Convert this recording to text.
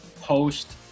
post